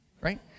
Right